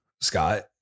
Scott